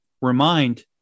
remind